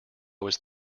was